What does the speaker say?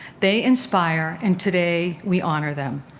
they inspire and today we honor them.